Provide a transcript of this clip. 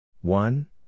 One